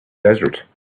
desert